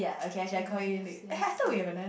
yes yes yes